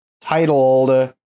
titled